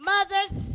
Mothers